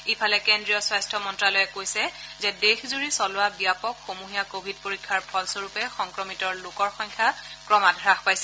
ইফালে কেজ্ৰীয় স্বাস্থ্য মন্তালয়ে কৈছে যে দেশজুৰি চলোৱা ব্যাপক সমূহীয়া কোৱিড পৰীক্ষাৰ ফলস্বৰূপে সংক্ৰমিত লোকৰ সংখ্যা ক্ৰমাৎ হাস পাইছে